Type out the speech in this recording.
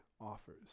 offers